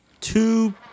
two